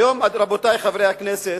היום, רבותי חברי הכנסת,